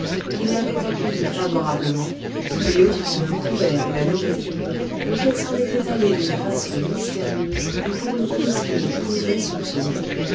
qu'il l'avait accueillie favorablement lui offrant le couvert et la nourriture mais qu'elle s'en était allée d'une façon mystérieuse et pour une cause qu'il ne pouvait soupçonner